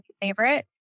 favorite